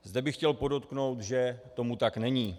Zde bych chtěl podotknout, že tomu tak není.